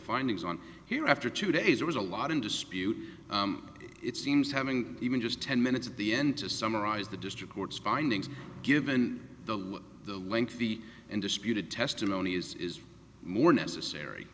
findings on here after two days there was a lot in dispute it seems having even just ten minutes of the end to summarize the district court's findings given the the link fee and disputed testimony is is more necessary